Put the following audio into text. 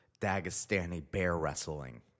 Dagestani-bear-wrestling